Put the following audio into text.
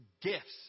gifts